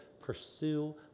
pursue